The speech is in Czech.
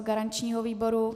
Garančního výboru?